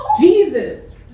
Jesus